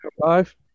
Five